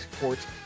court's